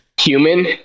human